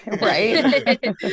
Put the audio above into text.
Right